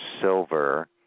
silver